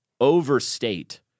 overstate